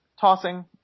Tossing